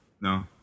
No